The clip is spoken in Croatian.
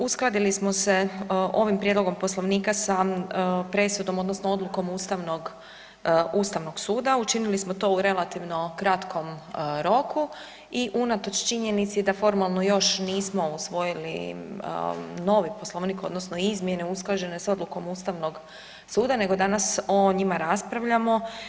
Uskladili smo se ovim prijedlogom Poslovnika sa presudom odnosno odlukom ustavnog, ustavnog suda, učinili smo to u relativno kratkom roku i unatoč činjenici da formalno još nismo usvojili novi Poslovnik odnosno izmjene usklađene s odlukom ustavnog suda nego danas o njima raspravljamo.